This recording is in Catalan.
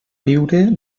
viure